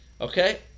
Okay